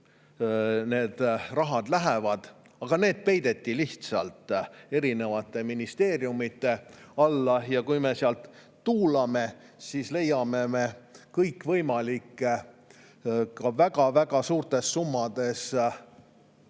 need rahad lähevad. Aga need peideti lihtsalt eri ministeeriumide alla. Kui me seal tuulame, siis leiame me kõikvõimalikke väga suurtes summades